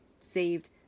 saved